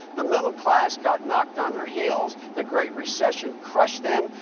the middle class got knocked on their heels. the great recession crushed them.